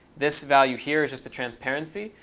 this value here is just the transparency.